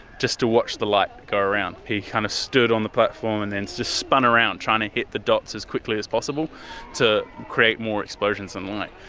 just to watch the light go around. he kind of stood on the platform and then just spun around trying to hit the dots as quickly as possible to create more explosions and light.